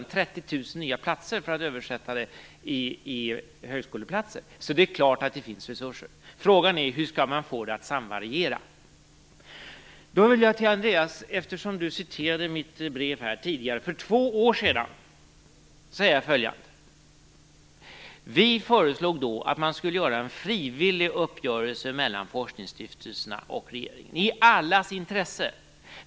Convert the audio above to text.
Det är 30 000 nya platser om man översätter det till högskoleplatser. Så det är klart att det finns resurser. Frågan är hur man skall få det att samvariera. Eftersom Andreas Carlgren tidigare läste upp mitt brev som jag skrev för två år sedan vill jag säga följande. Vi föreslog då att man skulle träffa en frivillig uppgörelse mellan forskningsstiftelserna och regeringen. Det var i allas intresse.